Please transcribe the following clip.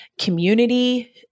community